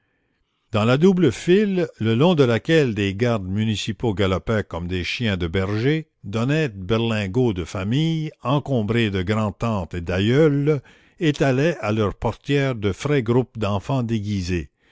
dans la double file le long de laquelle des gardes municipaux galopaient comme des chiens de berger d'honnêtes berlingots de famille encombrés de grand'tantes et d'aïeules étalaient à leurs portières de frais groupes d'enfants déguisés